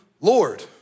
Lord